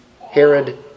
Herod